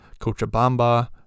Cochabamba